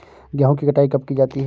गेहूँ की कटाई कब की जाती है?